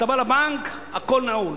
אתה בא לבנק, הכול נעול.